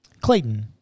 Clayton